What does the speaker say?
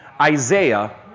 Isaiah